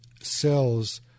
cells